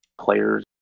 players